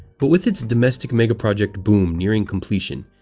but with its domestic megaproject boom nearing completion,